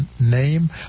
name